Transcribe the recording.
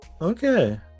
Okay